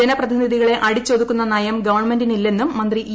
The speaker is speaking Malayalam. ജനപ്രതിനിധികളെ അടിച്ചൊതുക്കുന്ന നയം ഗവൺമെന്റിനില്ലെന്നും മന്ത്രി ഇ